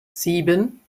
sieben